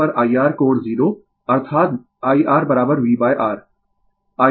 तो IRIR कोण 0 अर्थात IRVR ILIL कोण 90o